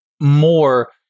more